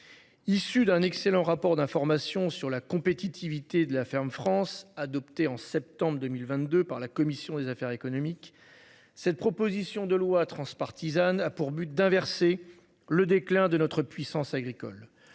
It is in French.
Issu d'un excellent rapport d'information sur la compétitivité de la ferme France adoptée en septembre 2022 par la commission des affaires économiques. Cette proposition de loi transpartisane a pour but d'inverser le déclin de notre puissance agricole